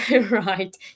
Right